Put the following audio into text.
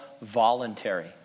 voluntary